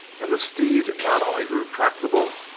and the steed not only grew tractable,